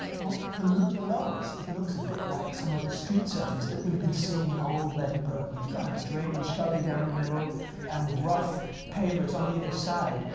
well, below us it looks a bit like some of the street surface that we've been seeing in old edinburgh. we've got a drainage gulley down the middle and rough pavers on either side.